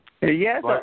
Yes